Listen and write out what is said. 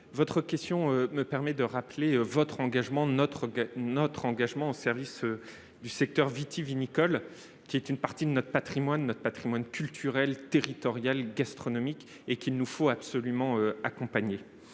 votre question me permet de rappeler notre engagement commun au service du secteur vitivinicole, qui est une partie de notre patrimoine culturel, territorial et gastronomique et qu'il nous faut absolument accompagner.